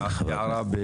הערה.